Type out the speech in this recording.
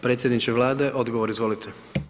Predsjedniče Vlade, odgovor izvolite.